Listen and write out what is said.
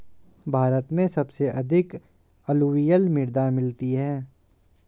भारत में सबसे अधिक अलूवियल मृदा मिलती है